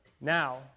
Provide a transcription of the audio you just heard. Now